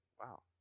wow